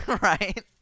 right